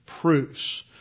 proofs